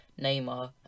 Neymar